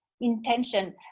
intention